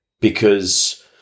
because-